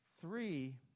three